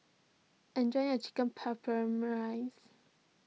enjoy your Chicken